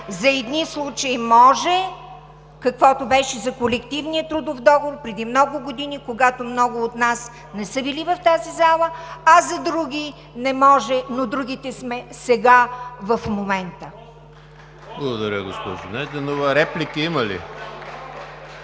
За едни случаи може – какъвто беше за колективния трудов договор преди много години, когато много от нас не са били в тази зала, а за други не може, но другите сме сега, в момента. (Ръкопляскания от „БСП за България“.)